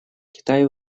китай